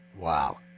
Wow